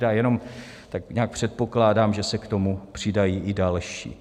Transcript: A jenom tak nějak předpokládám, že se k tomu přidají i další.